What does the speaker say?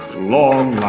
long